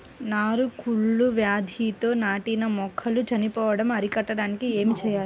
నారు కుళ్ళు వ్యాధితో నాటిన మొక్కలు చనిపోవడం అరికట్టడానికి ఏమి చేయాలి?